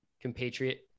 compatriot